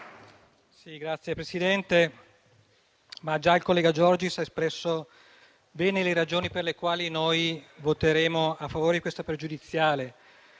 Signor Presidente, già il collega Giorgis ha espresso bene le ragioni per le quali noi voteremo a favore della pregiudiziale